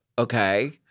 Okay